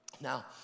Now